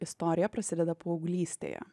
istorija prasideda paauglystėje